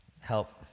help